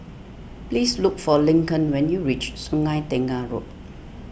please look for Lincoln when you reach Sungei Tengah Road